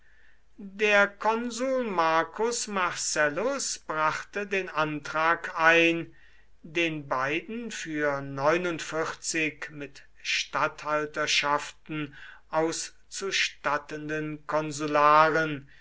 der konsul marcus marcellus brachte den antrag ein den beiden für mit statthalterschaften auszustattenden